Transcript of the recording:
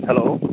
hello